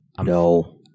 No